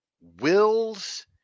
wills